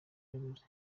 yavuze